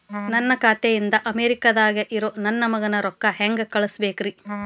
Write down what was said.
ನನ್ನ ಖಾತೆ ಇಂದ ಅಮೇರಿಕಾದಾಗ್ ಇರೋ ನನ್ನ ಮಗಗ ರೊಕ್ಕ ಹೆಂಗ್ ಕಳಸಬೇಕ್ರಿ?